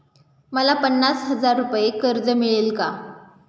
मला पन्नास हजार रुपये कर्ज मिळेल का?